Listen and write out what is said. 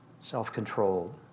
self-controlled